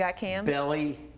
belly